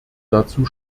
dazu